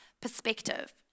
perspective